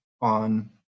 on